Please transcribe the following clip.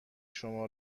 شما